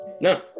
No